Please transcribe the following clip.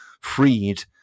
freed